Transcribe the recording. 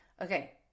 Okay